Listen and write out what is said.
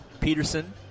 Peterson